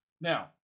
Now